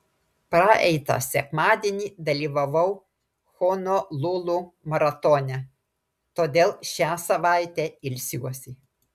praeitą sekmadienį dalyvavau honolulu maratone todėl šią savaitę ilsiuosi